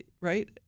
right